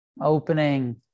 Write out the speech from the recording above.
opening